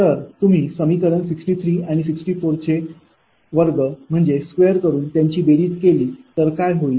तर तुम्ही समीकरण 63 आणि 64 चे वर्ग म्हणजे स्क्वेअर करून त्यांची बेरीज केली तर काय होईल